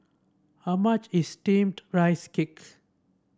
how much is steamed Rice Cakes